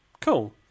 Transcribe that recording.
cool